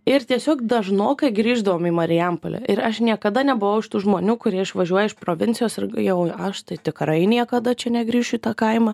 ir tiesiog dažnokai grįždavom į marijampolę ir aš niekada nebuvau iš tų žmonių kurie išvažiuoja iš provincijos ir jau aš tai tikrai niekada čia negrįšiu į tą kaimą